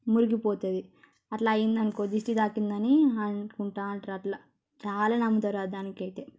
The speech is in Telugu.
మురిగిపోతుంది అట్లా అయిందని అనుకో దిష్టి తాకింది అని అనుకుంటా ఉంటారు అట్లా చాలా నమ్ముతారు దానికైతే